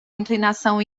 inclinação